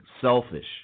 selfish